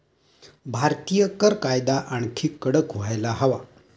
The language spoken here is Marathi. भारतीय कर कायदा आणखी कडक व्हायला हवा